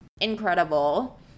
Incredible